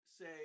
say